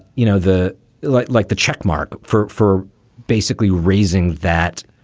you know, the like like the checkmark for for basically raising that